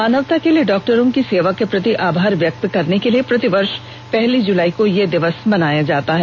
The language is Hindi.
मानवता के लिए डॉक्टरों की सेवा के प्रति आभार व्यक्त करने के लिए प्रति वर्ष पहली जुलाई को यह दिवस मनाया जाता है